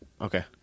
Okay